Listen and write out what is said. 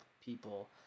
people